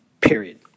period